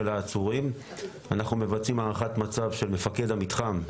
העצורים ומבצעים הערכת מצב של מפקד המתחם,